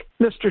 Mr